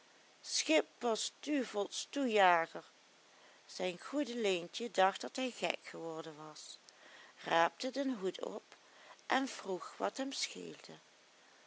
wou schippersduvelstoejager zijn goede leentje dacht dat hij gek geworden was raapte den hoed op en vroeg wat hem scheelde